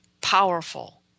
powerful